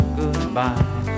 goodbye